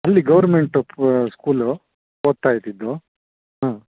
ಅಲ್ಲಿ ಗೌರ್ಮೆಂಟು ಪ ಸ್ಕೂಲು ಓದ್ತಾ ಇದ್ದಿದ್ದು ಹಾಂ